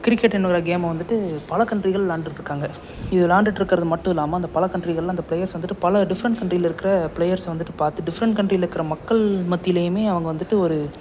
கிரிக்கெட்டுன்னு வர்ற கேமை வந்துவிட்டு பல கண்ட்ரிகள் விளாண்டுகிட்டு இருக்காங்க இது விளாண்டுகிட்டு இருக்கிறது மட்டும் இல்லாமல் அந்த பல கண்ட்ரிகளில் அந்த பிளேயர்ஸ் வந்துவிட்டு பல டிஃப்ரெண்ட் கண்ட்ரியில் இருக்கிற பிளேயர்ஸை வந்துவிட்டு பார்த்து டிஃப்ரெண்ட் கண்ட்ரியில் இருக்கிற மக்கள் மத்தியிலேயுமே அவங்க வந்துவிட்டு ஒரு